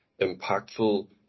impactful